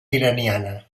iraniana